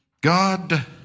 God